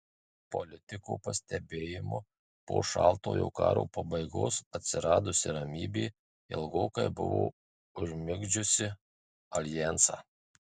politiko pastebėjimu po šaltojo karo pabaigos atsiradusi ramybė ilgokai buvo užmigdžiusi aljansą